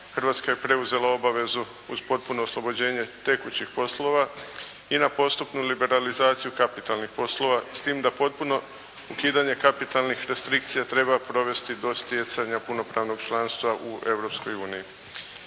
Hrvatska je preuzela obavezu uz potpuno oslobođenje tekućih poslova i na postupnu liberalizaciju kapitalnih poslova s tim da potpuno ukidanje kapitalnih restrikcija treba provesti do stjecanja punopravnog članstva u